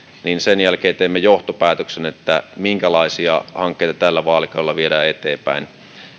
niin sen jälkeen teemme johtopäätöksen siitä minkälaisia hankkeita tällä vaalikaudella viedään eteenpäin